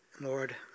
Lord